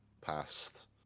passed